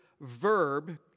verb